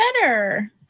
better